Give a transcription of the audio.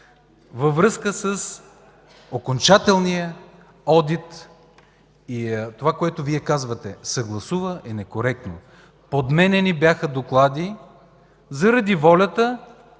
във връзка с окончателния одит. Това, което Вие казвате – „съгласува”, е некоректно. Подменяни бяха доклади заради волята